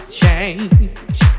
change